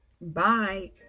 Bye